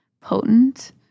potent